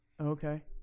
Okay